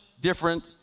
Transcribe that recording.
different